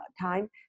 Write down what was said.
time